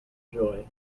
joy